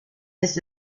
this